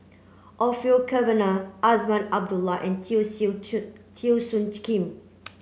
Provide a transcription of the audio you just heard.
Orfeur Cavenagh Azman Abdullah and Teo Soon Teo Soon Kim